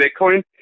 Bitcoin